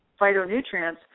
Phytonutrients